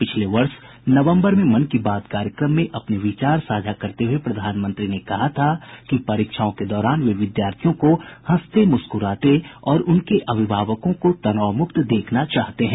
पिछले वर्ष नवम्बर में मन की बात कार्यक्रम में अपने विचार साझा करते हुए प्रधानमंत्री ने कहा था कि परीक्षाओं के दौरान वे विद्यार्थियों को हंसते मुस्कुराते और उनके अभिभावकों को तनाव मुक्त देखना चाहते हैं